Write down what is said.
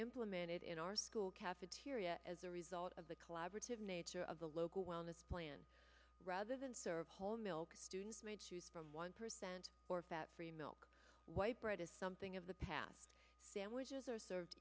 implemented in our school cafeteria as a result of the collaborative nature of the local wellness plan rather than serve whole milk students made from one percent or fat free milk white bread is something of the past sandwiches are served